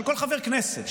של כל חבר כנסת,